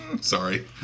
Sorry